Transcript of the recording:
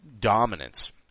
Dominance